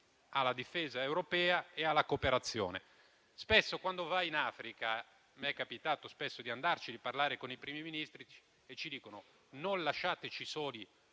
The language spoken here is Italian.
la difesa europea e la cooperazione. Spesso quando si va in Africa (mi è capitato spesso di andarci) a parlare con dei Primi Ministri, questi ci dicono di non lasciarli soli